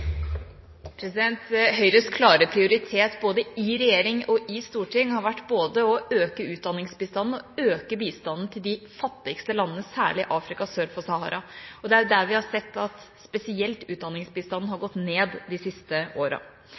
i storting – har vært både å øke utdanningsbistanden og øke bistanden til de fattigste landene, særlig til Afrika sør for Sahara. Det er jo der vi har sett at spesielt utdanningsbistanden har gått ned de siste